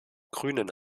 grünen